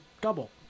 double